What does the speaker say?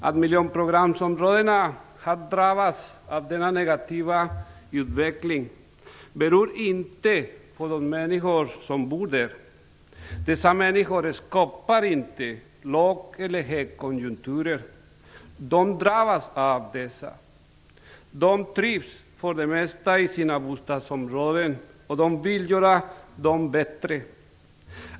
Att miljonprogramsområdena har drabbats av denna negativa utveckling beror inte på de människor som bor där. Dessa människor skapar inte låg eller högkonjunkturer utan drabbas av dem. De trivs för det mesta i sina bostadsområden och vill göra dem bättre.